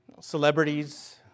celebrities